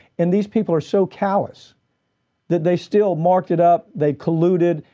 and these people are so callous that they still marked it up. they colluded.